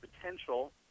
potential